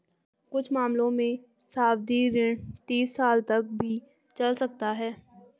कुछ मामलों में सावधि ऋण तीस साल तक भी चल सकता है